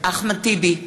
אחמד טיבי,